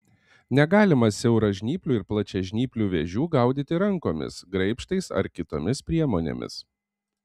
negalima siauražnyplių ir plačiažnyplių vėžių gaudyti rankomis graibštais ar kitomis priemonėmis